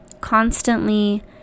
constantly